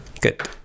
good